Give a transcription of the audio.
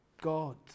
God